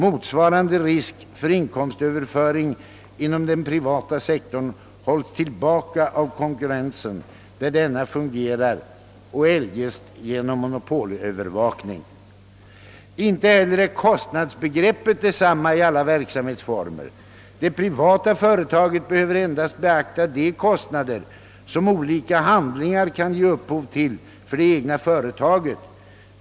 Motsvarande risk för inkomstöverföring inom den privata sektorn hålls tillbaka av konkurrensen där denna fungerar och eljest genom monopolövervakning. Inte heller är kostnadsbegreppet detsamma i alla verksamhetsformer. Det privata företaget behöver endast beakta de kostnader som olika handlingar kan ge upphov till för det egna företaget.